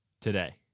today